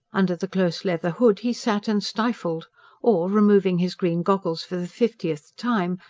under the close leather hood he sat and stifled or, removing his green goggles for the fiftieth time,